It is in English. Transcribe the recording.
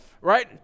Right